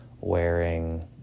wearing